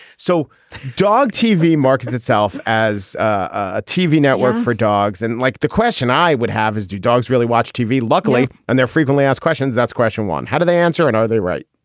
so dog tv markets itself as a tv network for dogs. and like, the question i would have is do dogs really watch tv? luckily, and they're frequently asked questions. that's question one. how do they answer and are they right?